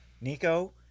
Nico